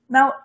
Now